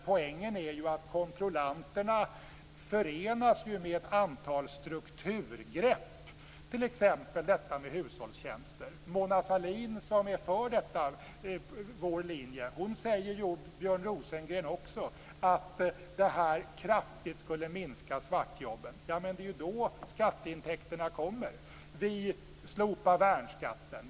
Poängen är ju att kontrollanterna förenas med ett antal strukturgrepp, t.ex. hushållstjänster. Mona Sahlin och Björn Rosengren säger att detta kraftigt skulle minska svartjobben. Det är då skatteintäkterna kommer. Vi slopar värnskatten.